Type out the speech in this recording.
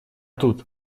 тут